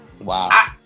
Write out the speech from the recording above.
Wow